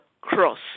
cross